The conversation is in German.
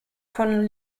von